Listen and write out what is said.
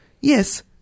Yes